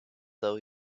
though